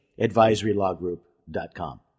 advisorylawgroup.com